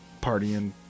partying